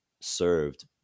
served